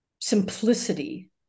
simplicity